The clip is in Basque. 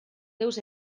deus